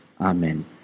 amen